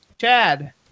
Chad